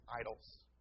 idols